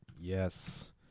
yes